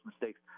mistakes